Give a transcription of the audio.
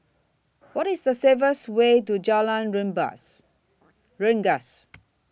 What IS The Way to Jalan Rengas Rendas